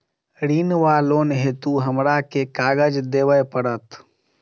ऋण वा लोन हेतु हमरा केँ कागज देबै पड़त?